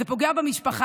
זה פוגע במשפחה,